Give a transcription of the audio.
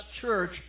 church